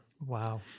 Wow